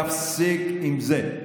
תפסיק עם זה.